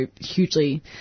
hugely